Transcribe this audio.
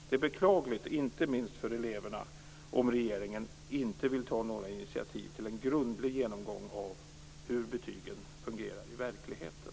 Det är beklagligt, inte minst för eleverna, om regeringen inte vill ta några initiativ till en grundlig genomgång av hur betygen fungerar i verkligheten.